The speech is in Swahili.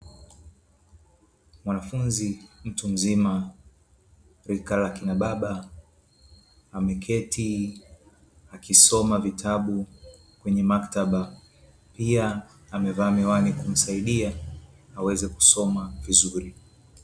Mwanafunzi mtu mzima rika la kina baba ameketi akisoma vitabu kwenye maktaba. Pia amevaa miwani kumsaidia aweze kusoma vizuri.